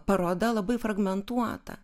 paroda labai fragmentuota